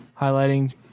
highlighting